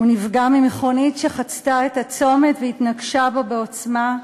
הוא נפגע ממכונית שחצתה את הצומת והתנגשה בו בעוצמה.